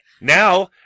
Now